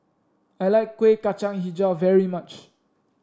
I like Kuih Kacang hijau very much